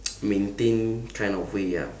maintain kind of way ah